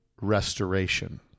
restoration